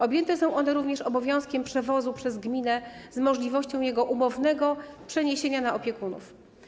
Objęte są one również obowiązkiem przewozu przez gminę z możliwością jego umownego przeniesienia na opiekunów.